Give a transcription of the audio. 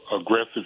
aggressive